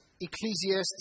Ecclesiastes